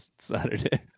Saturday